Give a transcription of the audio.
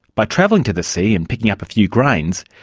by travelling to the sea and picking up a few grains,